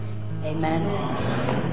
Amen